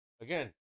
Again